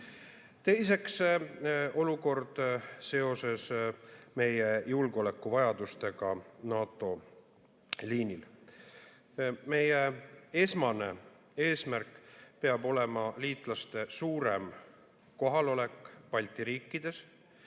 olukord seoses meie julgeolekuvajadustega NATO liinil. Meie esmane eesmärk peab olema liitlaste suurem kohalolek Balti riikides,